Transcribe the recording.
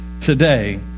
today